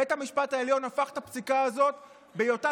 בית המשפט העליון הפך את הפסיקה הזאת בהיותה